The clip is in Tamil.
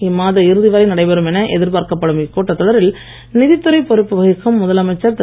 இம்மாத இறுதி வரை நடைபெறும் என எதிர்பார்க்கப்படும் இக்கூட்டத் தொடரில் நிதித் துறை பொறுப்பு வகிக்கும் முதலமைச்சர் திரு